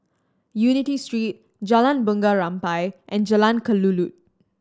Unity Street Jalan Bunga Rampai and Jalan Kelulut